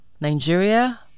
Nigeria